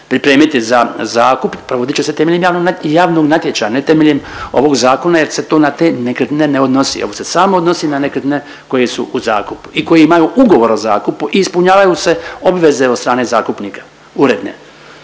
pripremiti za zakup, provodit će se temeljem javnog natječaja, ne temeljem ovog zakona jer se to na te nekretnine ne odnosi nego se samo odnosi na nekretnine koje su u zakupu i koje imaju ugovor o zakupu i ispunjavaju se obveze od strane zakupnika, uredne.